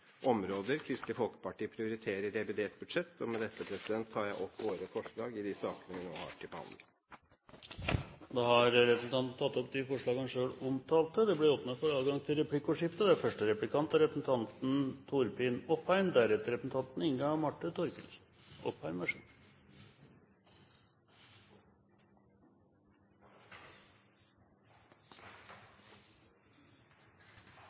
områder som Kristelig Folkeparti prioriterer i revidert budsjett. Med dette tar jeg opp våre forslag i de sakene vi har til behandling. Representanten Hans Olav Syversen har tatt opp de forslagene han refererte til. Det blir replikkordskifte. Jeg vil gripe litt fatt i noe av det siste som representanten